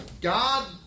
God